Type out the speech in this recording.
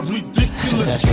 ridiculous